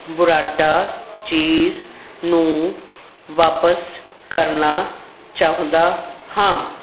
ਬੁਰਾਟਾ ਚੀਜ਼ ਨੂੰ ਵਾਪਸ ਕਰਨਾ ਚਾਹੁੰਦਾ ਹਾਂ